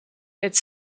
its